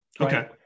Okay